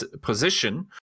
position